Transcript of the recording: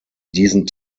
diesen